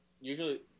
Usually